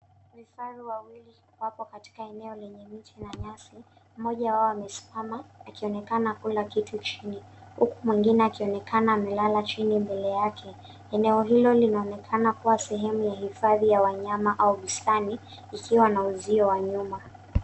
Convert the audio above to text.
Vifaru wawili wapo katika enye lenye miti na nyasi. Mmoja wao amesimama akionekana kula kitu chini, huku mwingine akionekana amelala chini mbele yake. Eneo hilo linaonekana kua sehemu ya hifadhi ya wanyama au bustani, ikiwa na uzio wa nyuma.